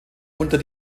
unter